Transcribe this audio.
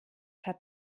hat